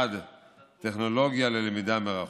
1. טכנולוגיה ללמידה מרחוק.